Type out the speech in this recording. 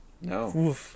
no